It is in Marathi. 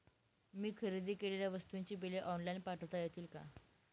मी खरेदी केलेल्या वस्तूंची बिले ऑनलाइन पाठवता येतील का?